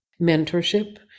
mentorship